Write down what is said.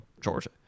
Georgia